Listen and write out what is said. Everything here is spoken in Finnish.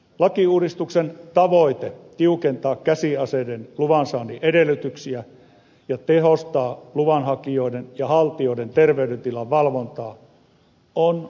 lakiuudistuksen tavoite tiukentaa käsiaseiden luvansaannin edellytyksiä ja tehostaa luvanhakijoiden ja haltijoiden terveydentilan valvontaa on perusteltu